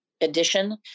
edition